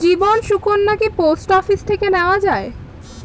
জীবন সুকন্যা কি post office থেকে নেওয়া যায়?